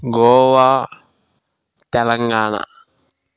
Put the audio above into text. Goa Telangana